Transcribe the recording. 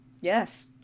yes